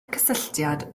cysylltiad